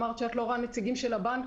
אמרת שאת לא רואה נציגים של הבנקים,